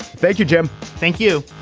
thank you, jim. thank you